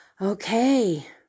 Okay